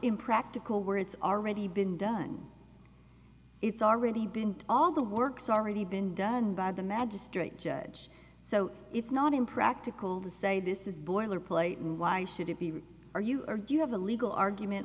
impractical where it's already been done it's already been all the works already been done by the magistrate judge so it's not impractical to say this is boilerplate and why should it be right or you or do you have a legal argument